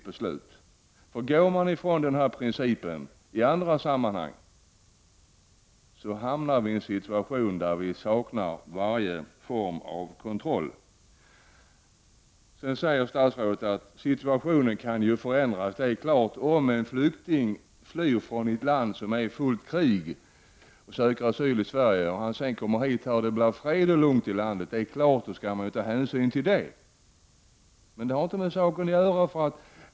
Om man går ifrån denna princip i andra sammanhang, hamnar vi i en situation där vi saknar varje form av kontroll. Statsrådet säger att situationen kan förändras. Om en flykting flyr från ett land som är i fullt krig och söker asyl i Sverige, och det sedan blir fred och lugnt i hans hemland, skall man naturligtvis ta hänsyn till det. Men det har inte med saken att göra.